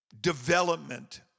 development